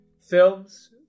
Films